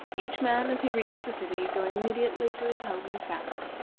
each man, as he reached the city, going immediately to his home and family.